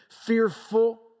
fearful